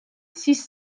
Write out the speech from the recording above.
six